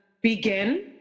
begin